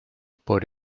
por